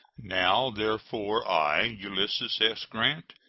now, therefore, i, ulysses s. grant,